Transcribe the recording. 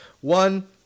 One